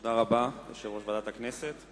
תודה רבה ליושב-ראש ועדת הכנסת.